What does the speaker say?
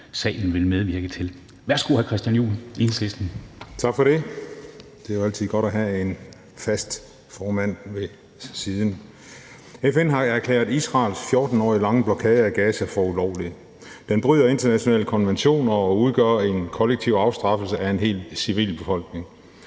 (Ordfører for forespørgerne) Christian Juhl (EL): Tak for det. Det er altid godt at have en håndfast formand ved sin side. FN har erklæret Israels 14 år lange blokade af Gaza for ulovlig. Den bryder internationale konventioner og udgør en kollektiv afstraffelse af en hel civilbefolkning.